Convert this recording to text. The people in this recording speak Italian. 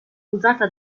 usata